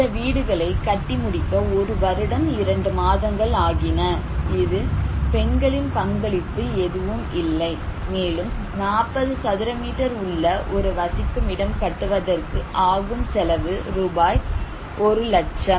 இந்த வீடுகளை கட்டிமுடிக்க ஒரு வருடம் 2 மாதங்கள் ஆகின இது பெண்களின் பங்களிப்பு எதுவும் இல்லை மேலும் 40 சதுர மீட்டர் உள்ள ஒரு வசிக்குமிடம் கட்டுவதற்கு ஆகும் செலவு ரூபாய் ஒரு லட்சம்